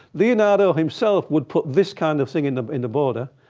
leonardo himself would put this kind of thing in in the border.